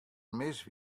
mis